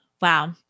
Wow